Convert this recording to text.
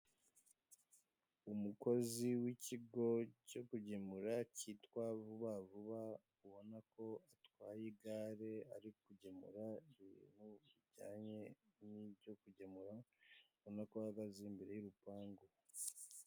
Umukozi w'ikigo cyo kugemura cyitwa vubavuba ubona ko atwaye igare ari kugemura ibintu bijyanye n'ibyo kugemura ubona ko ahagagaze imbere y'urupangu.